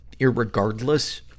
irregardless